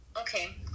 Okay